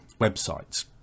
websites